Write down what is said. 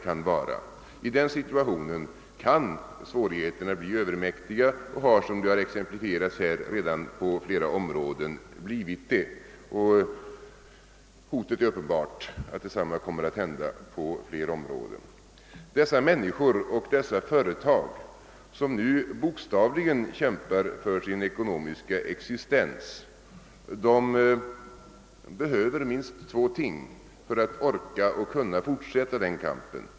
I en sådan situation kan svårigheterna bli övermäktiga och det har — vilket exemplifierats i denna debatt — redan varit fallet på många områden. Risken är uppenbar för att detsamma kommer att hända inom fler branscher. De människor och företag här i landet som nu bokstavligen kämpar för sin ekonomiska existens behöver hjälp på minst två sätt för att orka och kunna fortsätta den kampen.